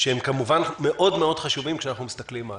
שהם כמובן מאוד מאוד חשובים כשאנחנו מסתכלים הלאה.